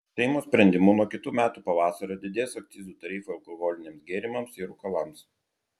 seimo sprendimu nuo kitų metų pavasario didės akcizų tarifai alkoholiniams gėrimams ir rūkalams